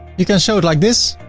you can show it like this.